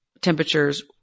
temperatures